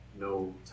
no